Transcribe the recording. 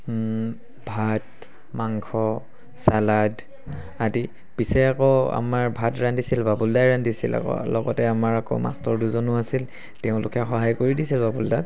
ভাত মাংস ছালাড আদি পিছে আকৌ আমাৰ ভাত ৰান্ধিছিল বাবুল দাই ৰান্ধিছিল আকৌ লগতে আমাৰ আকৌ মাষ্টৰ দুজনো আছিল তেওঁলোকে সহায় কৰি দিছিল বাবুল দাক